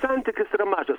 santykis yra mažas